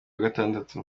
gatandatu